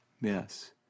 Yes